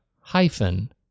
hyphen